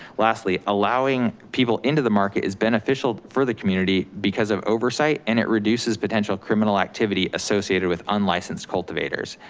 lastly, allowing people into the market is beneficial for the community because of oversight and it reduces potential criminal activity associated with unlicensed cultivators.